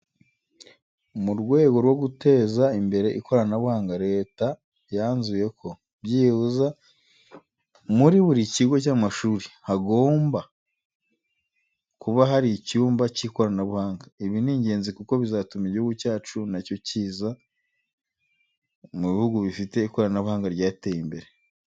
Mu rwego rwo guteza imbere ikoranabuhanga, Leta yanzuye ko byibuze muri buri kigo cy'amashuri hagomba buka hari icyumba cy'ikoranabuhanga. Ibi ni ingenzi kuko bizatuma Igihugu cyacu na cyo kiza mu buhugi bifite ikoranabuhanga ryateye imbere.